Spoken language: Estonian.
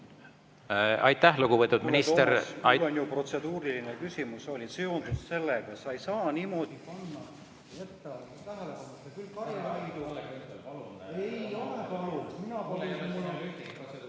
Aitäh, lugupeetud minister!